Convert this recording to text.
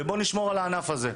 ובואו נשמור על הענף הזה.